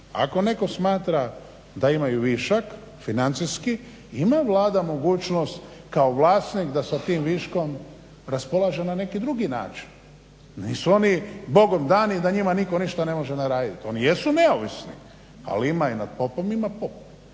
Ako netko smatra da imaju višak financijski ima Vlada mogućnost kao vlasnik da sa tim viškom raspolaže na neki drugi način. Nisu oni bogom dani da njima nitko ništa ne može naredit. Oni jesu neovisni, ali ima i nad popom ima pop.